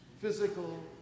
physical